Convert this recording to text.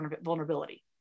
vulnerability